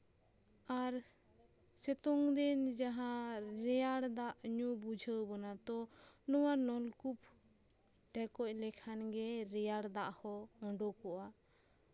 ᱟᱨ ᱥᱤᱛᱩᱝ ᱫᱤᱱ ᱡᱟᱦᱟᱸ ᱨᱮᱭᱟᱲ ᱫᱟᱜ ᱧᱩ ᱵᱩᱡᱷᱟᱹᱣ ᱵᱚᱱᱟ ᱛᱚ ᱱᱚᱣᱟ ᱱᱚᱞᱠᱩᱯ ᱰᱷᱮᱠᱚᱡᱽ ᱞᱮᱠᱷᱟᱱ ᱜᱮ ᱨᱮᱭᱟᱲ ᱫᱟᱜ ᱦᱚᱸ ᱩᱰᱩᱠᱚᱜᱼᱟ